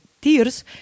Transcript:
tears